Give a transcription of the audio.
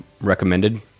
recommended